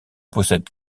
possède